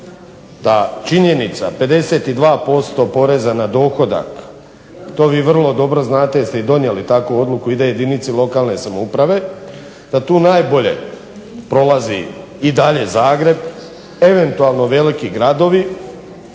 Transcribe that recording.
ta činjenica 52% poreza na dohodak, to vi vrlo dobro znate jer ste i donijeli takvu odluku ide jedinici lokalne samouprave, da tu najbolje prolazi i dalje Zagreb, eventualno veliki gradovi,